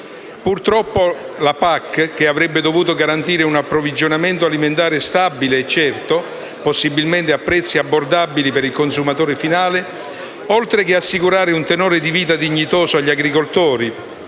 Purtroppo la PAC, che avrebbe dovuto garantire un approvvigionamento alimentare stabile e certo, possibilmente a prezzi abbordabili per il consumatore finale, oltre che assicurare un tenore di vita dignitoso agli agricoltori,